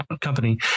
company